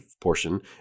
portion